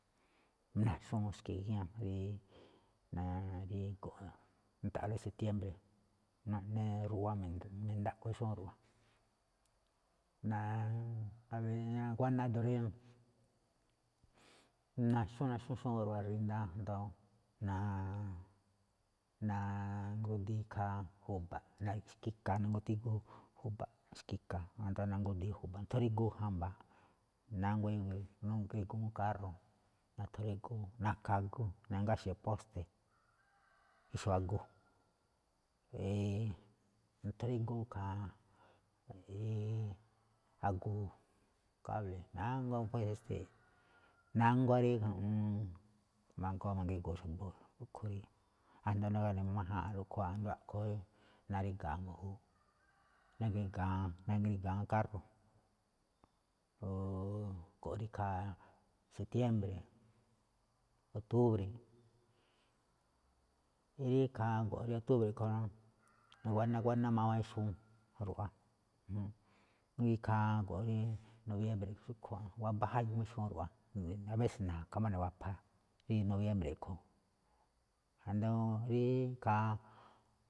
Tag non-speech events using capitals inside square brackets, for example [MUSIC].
Naxnúu xke̱ꞌ gíñá rí-rigo̱nꞌ rí na̱ta̱ꞌa̱lóꞌ rí septiembre, naꞌne me̱nda̱ꞌkho̱, naxúu ruꞌwa, [HESITATION] nguáná ído̱ rí naxúu naxúu ruꞌwa rindaaꞌ ansdo ná [HESITATION] nangudi ikhaa ju̱ba̱ꞌ, naꞌne xki̱ka̱ nangútí ju̱ba̱ꞌ, naꞌne xki̱ka̱ nangútí ju̱ba̱ꞌ, nothon rígú jamba̱a̱, nánguá ngrigu̱ún kárro̱, nothon rígú, ṉaka̱ agu, nangáxe̱ póste̱, [NOISE] ixu̱u̱ agu, [HESITATION] nothon rígú ikhaa aguu, nánguá esteeꞌ, [NOISE] nánguá rí ju̱ꞌuun magoo ma̱ngrigo̱o̱ xa̱bo̱, asndo gáꞌne májáanꞌ rúꞌkhue̱n asndo a̱ꞌkhue̱n rí naríga̱a̱ mbu̱jú, [NOISE] nanfriga̱án, nanfriga̱án, kárro̱, go̱nꞌ rí ikhaa septiémbre̱, oktúbre̱, rí ikhaa go̱nꞌ rí oktúbre̱, [NOISE] nguáná, nguáná, nguáná mawa ixnúu ruꞌwa, iikhaa go̱nꞌ rí nobiémbre̱, waba jayu máꞌ ixnúu ruꞌwa, abése̱ na̱ka̱ máꞌ ne̱ wapha, rí nobiémbre̱ a̱ꞌkhue̱n, asndo rí ikhaa.